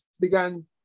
began